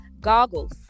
goggles